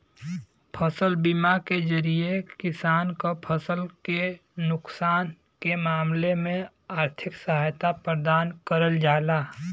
फसल बीमा के जरिये किसान क फसल के नुकसान के मामले में आर्थिक सहायता प्रदान करल जाला